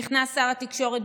נכנס שר התקשורת,